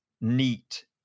neat